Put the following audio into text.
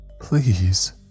Please